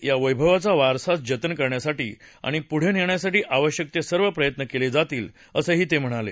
या वप्तवेगाचा वारसा जतन करण्यासाठी आणि पुढे नेण्यासाठी आवश्यक ते सर्व प्रयत्न केले जातील असंही ते म्हणाले